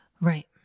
Right